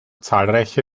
zahlreiche